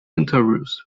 interviews